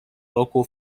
local